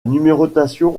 numérotation